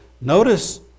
notice